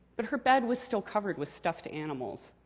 but her bed was still covered with stuffed animals.